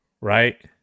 right